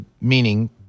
meaning